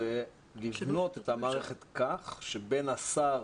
לבנות את המערכת כך שבין השר,